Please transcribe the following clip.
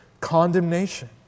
condemnation